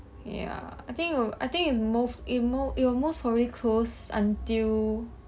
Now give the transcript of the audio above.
ya I think will I think it'll mo~ it'll mo~ it will most probably close until